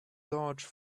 large